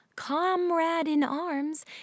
comrade-in-arms